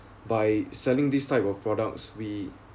by selling this type of products we